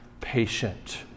patient